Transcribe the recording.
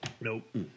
Nope